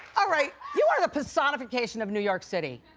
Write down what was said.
all right. you are the personification of new york city,